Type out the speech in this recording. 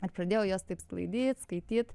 ir pradėjau juos taip sklaidyt skaityt